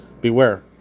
beware